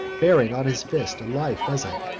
bearing on his fist a live pheasant,